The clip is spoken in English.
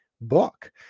book